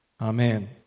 Amen